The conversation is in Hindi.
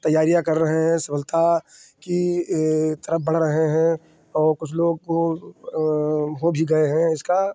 तैयारियाँ कर रहे हैं सफलता की तरफ़ बढ़ रहे हैं और कुछ लोग को हो भी गए हैं इसका